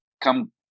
come